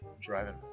driving